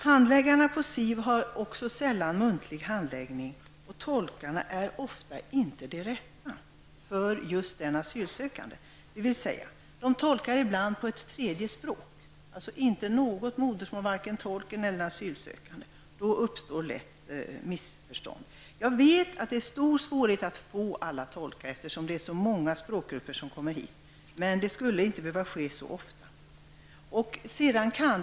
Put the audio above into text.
Handläggarna på invandrarverket har också sällan muntlig handläggning, och tolkarna är ofta inte de rätta för just den asylsökande, dvs. de tolkar på ett tredje språk, ett språk som inte är modersmål för vare sig tolken eller den asylsökande. Då uppstår lätt missförstånd. Jag vet att det råder stor svårighet att få fram alla tolkar som behövs, eftersom det är så många språkgrupper som kommer hit, men problem som det jag nyss skildrade borde inte behöva uppstå så ofta.